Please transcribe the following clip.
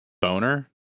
Boner